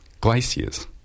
glaciers